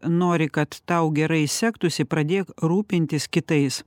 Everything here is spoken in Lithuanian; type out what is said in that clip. nori kad tau gerai sektųsi pradėk rūpintis kitais